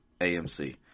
AMC